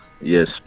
Yes